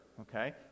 okay